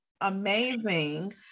amazing